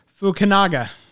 Fukunaga